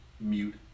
mute